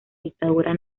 dictadura